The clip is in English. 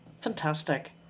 Fantastic